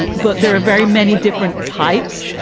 but there are very many different types.